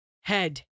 head